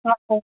اَچھا